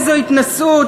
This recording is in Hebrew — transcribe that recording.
איזו התנשאות,